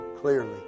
clearly